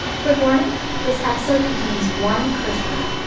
quick warning this episode contains one curse word